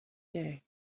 day